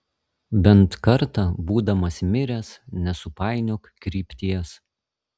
bent kartą būdamas miręs nesupainiok krypties